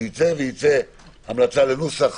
שתצא המלצה לנוסח